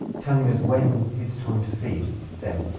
telling us when it's time to feed them.